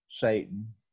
Satan